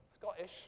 Scottish